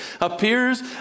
appears